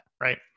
Right